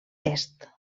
est